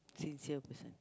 sincere person